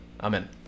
Amen